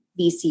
VC